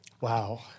Wow